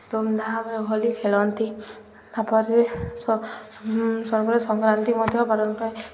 ଧୁମ୍ଧାମ୍ରେ ହୋଲି ଖେଳନ୍ତି ତା'ପରେ ସଂକ୍ରାନ୍ତି ମଧ୍ୟ ପାଳନ କରାଯାଏ